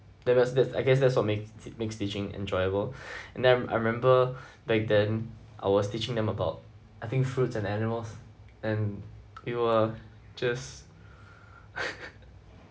that was that's I guess that's what makes makes teaching enjoyable and then I remember back then I was teaching them about I think fruits and animals and we were just